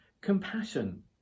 compassion